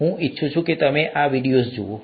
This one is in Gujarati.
હું ઈચ્છું છું કે તમે આ વિડિઓઝ જુઓ